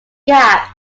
gap